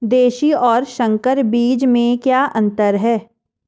देशी और संकर बीज में क्या अंतर है?